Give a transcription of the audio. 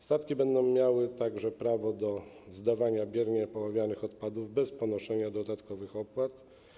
Statki będą miały także prawo do zdawania biernie poławianych odpadów bez ponoszenia dodatkowych opłat.